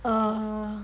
err